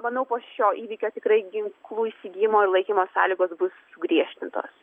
manau po šio įvykio tikrai ginklų įsigijimo ir laikymo sąlygos bus sugriežtintos